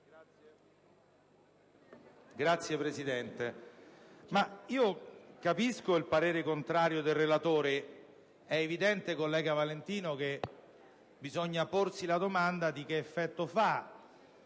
Signora Presidente, capisco il parere contrario del relatore. È evidente, collega Valentino, che bisogna porsi la domanda di che effetto fa